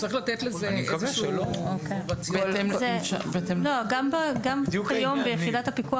צריך לתת לזה איזשהו --- גם כיום ביחידת הפיקוח